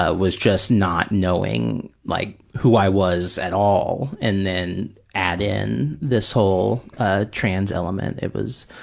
ah was just not knowing like who i was at all, and then add in this whole ah trans element, it was,